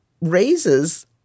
raises